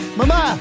mama